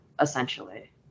essentially